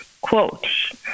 Quote